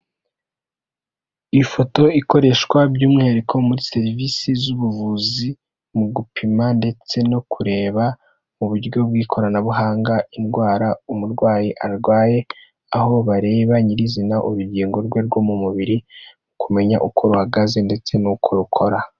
Ifoto ikoreshwa by'umwihariko muri serivisi z'ubuvuzi mu gupima ndetse no kureba mu buryo bw'ikoranabuhanga indwara umurwayi arwaye, aho bareba nyirizina urugingo rwe rwo mu mubiri, mu kumenya uko ruhagaze ndetse n'uko rukora.